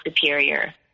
superior